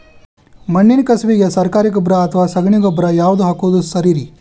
ಮಣ್ಣಿನ ಕಸುವಿಗೆ ಸರಕಾರಿ ಗೊಬ್ಬರ ಅಥವಾ ಸಗಣಿ ಗೊಬ್ಬರ ಯಾವ್ದು ಹಾಕೋದು ಸರೇರಿ?